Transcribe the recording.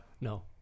no